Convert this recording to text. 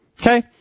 Okay